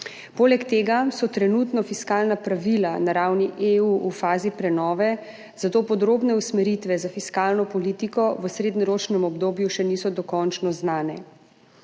Poleg tega so trenutno fiskalna pravila na ravni EU v fazi prenove, zato podrobne usmeritve za fiskalno politiko v srednjeročnem obdobju še niso dokončno znane.